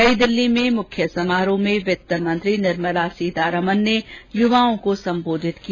नई दिल्ली में आज मुख्य समारोह में वित्त मंत्री निर्मला सीतारमन ने युवाओं को संबोधित किया